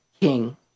King